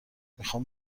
میخوام